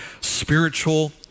spiritual